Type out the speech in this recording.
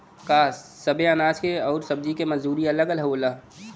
का सबे अनाज के अउर सब्ज़ी के मजदूरी अलग अलग होला?